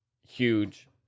Huge